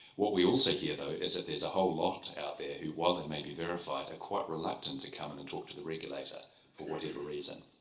what we also hear, though, is that there's a whole lot out there who, while that may be verified, are quite reluctant to come in and talk to the regulator for whatever reason.